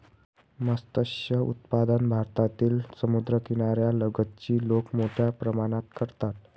मत्स्य उत्पादन भारतातील समुद्रकिनाऱ्या लगतची लोक मोठ्या प्रमाणात करतात